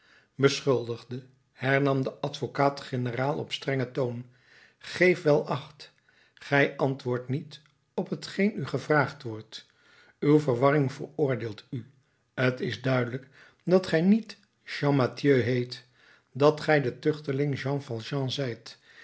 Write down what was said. beschuldigde hernam de advocaat-generaal op strengen toon geef wel acht gij antwoordt niet op t geen u gevraagd wordt uw verwarring veroordeelt u t is duidelijk dat gij niet champmathieu heet dat gij de tuchteling jean valjean zijt